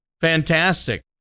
fantastic